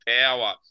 power